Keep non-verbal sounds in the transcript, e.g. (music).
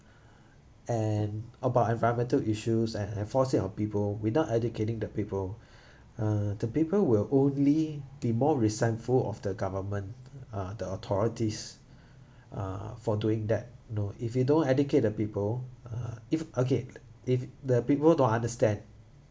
and about environmental issues and enforce it on people without educating the people (breath) uh the people will only be more resentful of the government uh the authorities (breath) uh for doing that you know if you don't educate the people uh if okay if the people don't understand